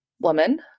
woman